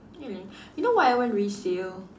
anyway you know why I want resale